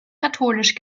katholisch